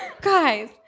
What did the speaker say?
Guys